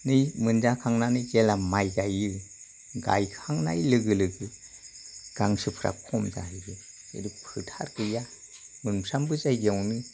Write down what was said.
मोनजाखांनानै जेब्ला माइ गायो गायखांनाय लोगो लोगो गांसोफ्रा खम जाहैयो जेरै फोथार गैया मोनफ्रोमबो जायगायावनो